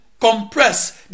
compress